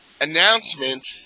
announcement